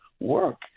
work